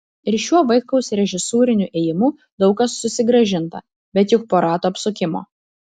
ir šiuo vaitkaus režisūriniu ėjimu daug kas susigrąžinta bet juk po rato apsukimo